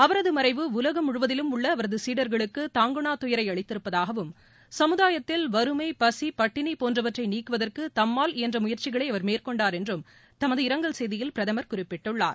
அவரது மறைவு உலகம் முழுவதிலும் உள்ள அவரது சீடர்களுக்கு தாங்கொண்ணா துபரை அளித்திருப்பதாகவும் சமூதாயத்தில் வறுமை பசி பட்டினி போன்றவற்றை நீக்குவதற்கு தம்மால் இயன்ற முயற்சிகளை அவர் மேற்கொண்டார் என்றும் தமது இரங்கல் செய்தியில் பிரதமர் குறிப்பிட்டுள்ளார்